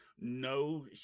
No